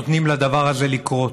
נותנים לדבר הזה לקרות?